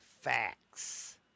facts